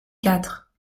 quatre